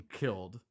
killed